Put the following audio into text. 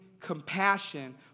compassion